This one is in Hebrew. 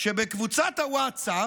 שבקבוצת ווטסאפ,